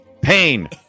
Pain